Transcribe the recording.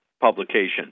publication